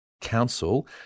Council